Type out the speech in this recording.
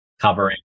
covering